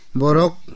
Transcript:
borok